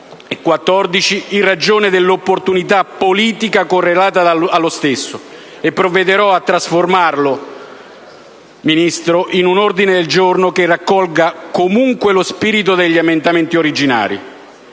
2) in ragione dell'opportunità politica correlata allo stesso e provvederò a trasformarlo, signor Ministro, in un ordine del giorno che raccolga comunque lo spirito delle proposte emendative originarie.